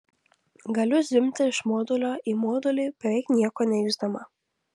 galiu zvimbti iš modulio į modulį beveik nieko nejusdama